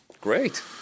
great